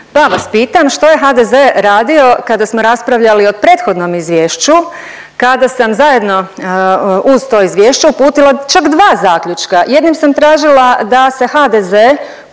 pa vas pitam što je HDZ radio kada smo raspravljali o prethodnom izvješću, kada sam zajedno uz to izvješće uputila čak dva zaključka. Jednim sam tražila da se HDZ